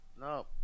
No